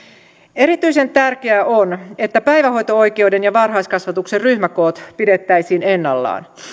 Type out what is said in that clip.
erityisen tärkeää on että päivähoito oikeuden ja varhaiskasvatuksen ryhmäkoot pidettäisiin ennallaan